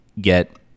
get